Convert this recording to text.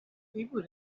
people